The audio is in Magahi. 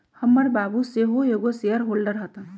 हमर बाबू सेहो एगो शेयर होल्डर हतन